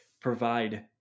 provide